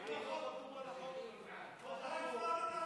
אתה חתום.